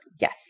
Yes